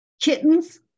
Kittens